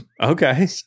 Okay